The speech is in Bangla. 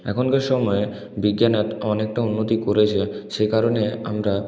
এখনকার সময়ে বিজ্ঞান এত অনেকটা উন্নতি করেছে সে কারণে আমরা